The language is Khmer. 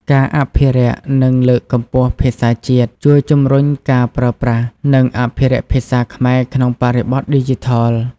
ការអភិរក្ស និងលើកកម្ពស់ភាសាជាតិ ជួយជំរុញការប្រើប្រាស់ និងអភិរក្សភាសាខ្មែរក្នុងបរិបទឌីជីថល។